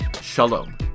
shalom